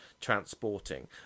transporting